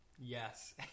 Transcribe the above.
Yes